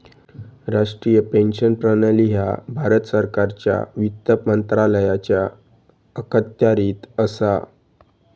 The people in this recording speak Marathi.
राष्ट्रीय पेन्शन प्रणाली ह्या भारत सरकारच्या वित्त मंत्रालयाच्या अखत्यारीत असा